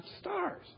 stars